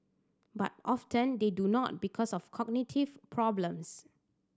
but often they do not because of cognitive problems